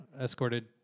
escorted